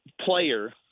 player